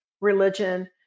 religion